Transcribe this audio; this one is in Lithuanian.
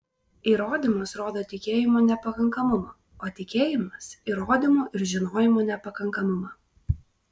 įrodymas rodo tikėjimo nepakankamumą o tikėjimas įrodymo ir žinojimo nepakankamumą